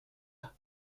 dans